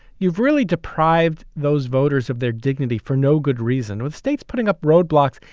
you've really deprived those voters of their dignity for no good reason. with states putting up roadblocks,